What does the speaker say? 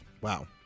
Wow